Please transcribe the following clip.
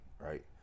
right